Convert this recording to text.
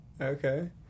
Okay